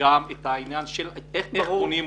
וגם את העניין של איך בונים אותו.